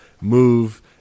move